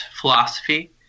philosophy